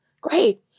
Great